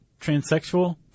transsexual